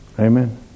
amen